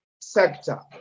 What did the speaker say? sector